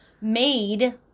Made